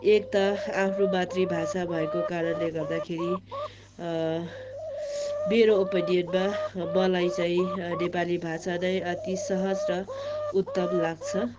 एक त आफ्नो मातृ भाषा भएको कारणले गर्दाखेरि मेरो ओपिनियनमा मलाई चाहिँ नेपाली भाषा नै अति सहज र उत्तम लाग्छ